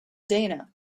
dana